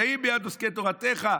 רשעים ביד עוסקי תורתך?